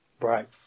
Right